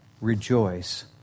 rejoice